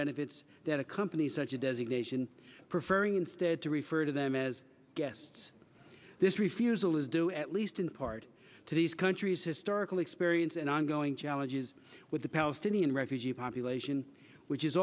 benefits that accompany such a designation preferring instead to refer to them as guests this refusal is due at least in part to these countries historical experience and ongoing challenges with the palestinian refugee population which is